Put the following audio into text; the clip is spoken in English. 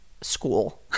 school